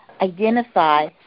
identify